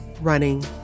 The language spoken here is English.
running